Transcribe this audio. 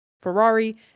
ferrari